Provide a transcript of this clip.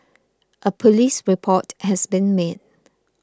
a police report has been made